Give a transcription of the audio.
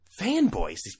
Fanboys